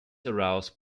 aroused